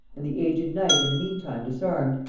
and the aged knight in the meantime disarmed,